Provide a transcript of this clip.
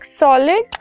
solid